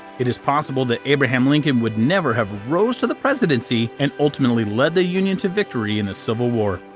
it is possible that abraham lincoln would never have rose to the presidency, and ultimately led the union to victory in the civil war.